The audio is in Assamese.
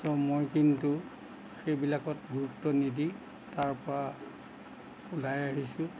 চ' মই কিন্তু সেইবিলাকত গুৰুত্ব নিদি তাৰপা ওলাই আহিছোঁ